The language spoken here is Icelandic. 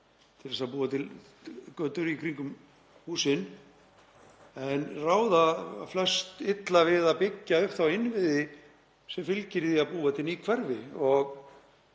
til að búa til götur í kringum húsin en ráða flest illa við að byggja upp þá innviði sem fylgja því að búa til ný hverfi.